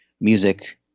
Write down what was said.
music